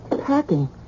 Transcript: Packing